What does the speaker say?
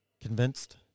convinced